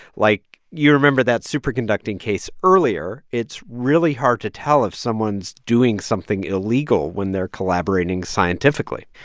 like, you remember that superconducting case earlier. it's really hard to tell if someone's doing something illegal when they're collaborating scientifically.